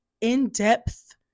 in-depth